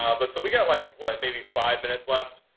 um but so we've got like, what, maybe five minutes left?